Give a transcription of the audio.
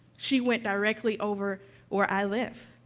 she went directly over where i live.